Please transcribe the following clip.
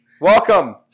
welcome